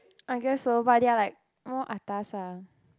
I guess so but they are like more atas ah